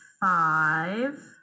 five